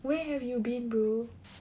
where have you been bro